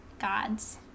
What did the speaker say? God's